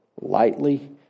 lightly